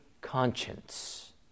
conscience